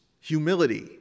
humility